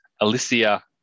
Alicia